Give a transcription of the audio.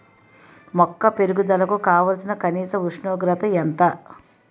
మొక్క పెరుగుదలకు కావాల్సిన కనీస ఉష్ణోగ్రత ఎంత?